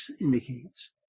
indicates